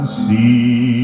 see